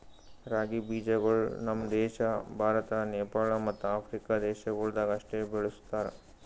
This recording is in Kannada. ರಾಗಿ ಬೀಜಗೊಳ್ ನಮ್ ದೇಶ ಭಾರತ, ನೇಪಾಳ ಮತ್ತ ಆಫ್ರಿಕಾ ದೇಶಗೊಳ್ದಾಗ್ ಅಷ್ಟೆ ಬೆಳುಸ್ತಾರ್